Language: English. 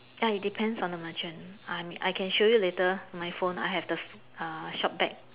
ya it depends on the merchant I'm I can show you later my phone I have the err shop back